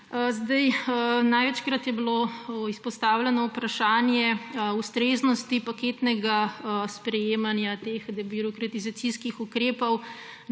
Največkrat je bilo izpostavljeno vprašanje ustreznosti paketnega sprejemanja teh debirokratizacijskih ukrepov